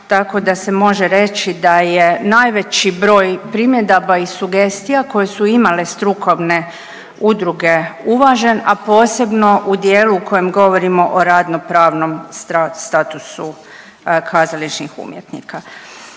tako da se može reći da je najveći broj primjedaba i sugestija koje su imale strukovne udruge uvažen, a posebno u dijelu u kojem govorimo o radno pravnom statusu kazališnih umjetnika.